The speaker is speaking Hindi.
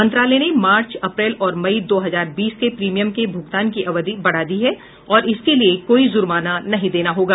मंत्रालय ने मार्च अप्रैल और मई दो हजार बीस के प्रीमियम के भुगतान की अवधि बढ़ा दी है और इसके लिए कोई जुर्माना नहीं देना होगा